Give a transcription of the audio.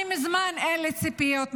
אני מזמן אין לי ציפיות ממנו,